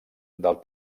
del